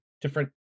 different